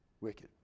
wicked